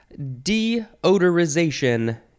Deodorization